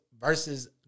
versus